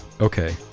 okay